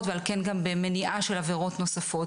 ועל כן גם במניעה של עבירות נוספות.